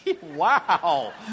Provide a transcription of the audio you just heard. Wow